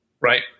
Right